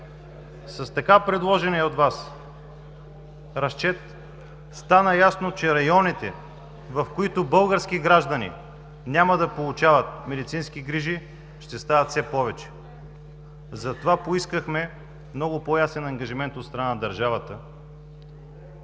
С така предложения от Вас разчет стана ясно, че районите, в които български граждани няма да получават медицински грижи, ще стават все повече. Затова поискахме много по-ясен ангажимент от страна на държавата